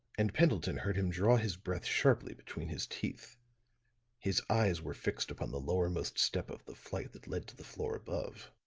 and pendleton heard him draw his breath sharply between his teeth his eyes were fixed upon the lowermost step of the flight that led to the floor above.